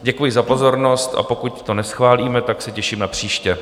Děkuji za pozornost, a pokud to neschválíme, tak se těším na příště.